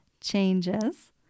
Changes